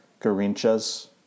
Garinchas